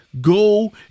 Go